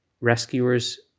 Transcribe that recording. rescuers